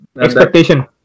Expectation